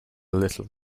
little